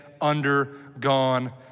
undergone